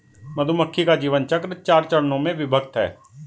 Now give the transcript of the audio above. मधुमक्खी का जीवन चक्र चार चरणों में विभक्त है